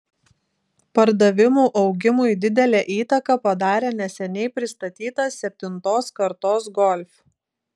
pardavimų augimui didelę įtaką padarė neseniai pristatytas septintos kartos golf